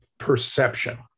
perception